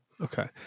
Okay